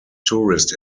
tourist